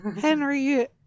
Henry